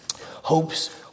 Hopes